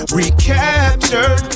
recaptured